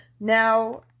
now